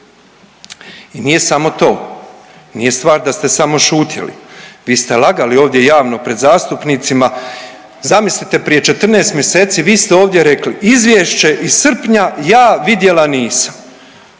I nije samo to, nije stvar da ste samo šutjeli, vi ste lagali ovdje javno pred zastupnicima, zamislite prije 14 mjeseci vi ste ovdje rekli „izvješće iz srpnja ja vidjela nisam“,